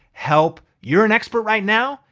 help. you're an expert right now,